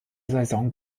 saison